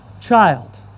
child